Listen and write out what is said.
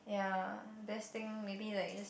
ya best thing maybe like just